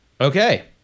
Okay